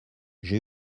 j’ai